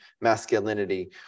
masculinity